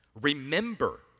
Remember